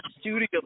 studio